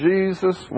Jesus